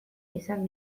esan